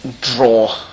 draw